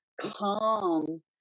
calm